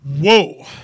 Whoa